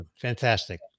Fantastic